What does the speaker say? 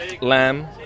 lamb